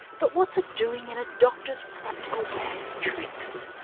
but what's it doing in a doctor's practical bag of tricks?